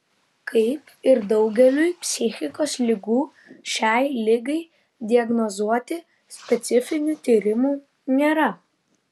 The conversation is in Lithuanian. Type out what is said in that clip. kaip ir daugeliui psichikos ligų šiai ligai diagnozuoti specifinių tyrimų nėra